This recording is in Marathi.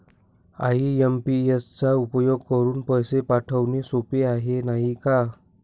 आइ.एम.पी.एस चा उपयोग करुन पैसे पाठवणे सोपे आहे, नाही का